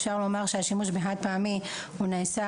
אפשר לומר שהשימוש בחד פעמי נעשה